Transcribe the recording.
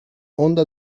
honda